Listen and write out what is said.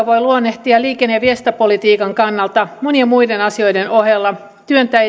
voi luonnehtia liikenne ja viestintäpolitiikan kannalta monien muiden asioiden ohella